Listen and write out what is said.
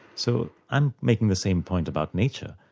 so i'm making the same point about nature.